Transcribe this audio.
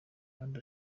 kandi